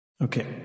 Okay